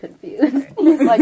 confused